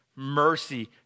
Mercy